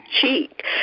cheek